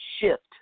Shift